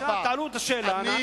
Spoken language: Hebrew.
בבקשה, תעלו את השאלה ונענה לכם.